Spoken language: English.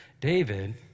David